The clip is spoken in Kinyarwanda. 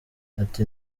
ati